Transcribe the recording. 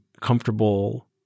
comfortable